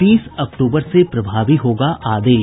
तीस अक्टूबर से प्रभावी होगा आदेश